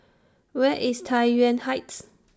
Where IS Tai Yuan Heights